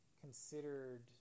considered